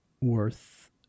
worth